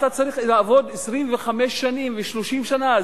אתה צריך לעבוד 25 שנים ו-30 שנה.